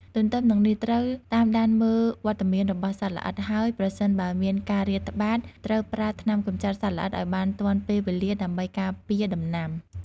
ទន្ទឹមនឹងនេះ ត្រូវតាមដានមើលវត្តមានរបស់សត្វល្អិត ហើយប្រសិនបើមានការរាតត្បាត ត្រូវប្រើថ្នាំកម្ចាត់សត្វល្អិតឱ្យបានទាន់ពេលវេលាដើម្បីការពារដំណាំ។